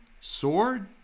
sword